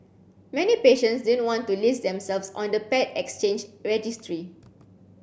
many patients didn't want to list themselves on the paired exchange registry